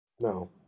No